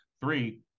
three